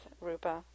Rupa